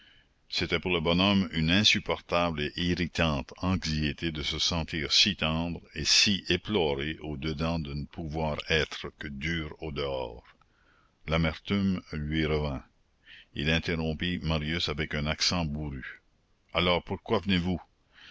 c'était pour le bonhomme une insupportable et irritante anxiété de se sentir si tendre et si éploré au dedans et de ne pouvoir être que dur au dehors l'amertume lui revint il interrompit marius avec un accent bourru alors pourquoi venez-vous